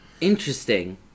Interesting